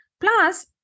plus